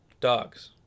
Dogs